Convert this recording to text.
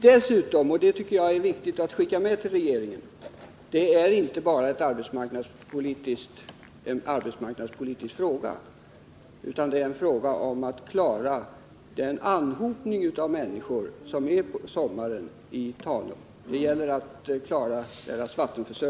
Dessutom — och det tycker jag är viktigt att skicka med till regeringen — är detta inte bara en arbetsmarknadspolitisk fråga utan också en fråga om att klara vattenförsörjningen för den anhopning av människor som på somrarna sker till Tanum.